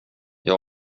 jag